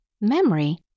memory